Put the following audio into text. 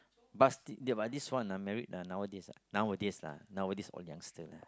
but still but this one ah married ah nowadays nowadays lah nowadays all youngster lah